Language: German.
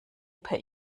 per